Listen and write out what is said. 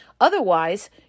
Otherwise